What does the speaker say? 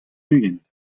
ugent